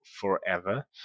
forever